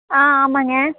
ஆ ஆமாம்ங்க